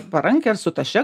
į parankę ar su taše